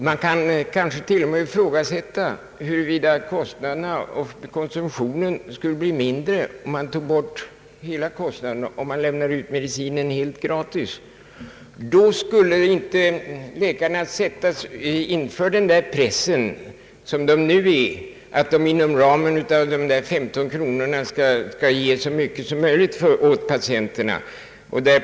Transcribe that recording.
Det kan kanske t.o.m. ifrågasättas huruvida inte kostnaderna skulle bli lägre och konsumtionen mindre, om alla kostnader slopades och medicinen lämnades ut gratis. Då skulle läkarna inte känna den press som de nu utsätts för, nämligen att inom ramen för 15 kronor ge så mycket medicin som möjligt åt patienterna.